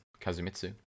Kazumitsu